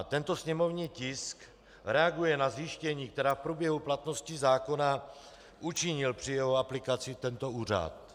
Tento sněmovní tisk reaguje na zjištění, která v průběhu platnosti zákona učinil při jeho aplikaci tento úřad.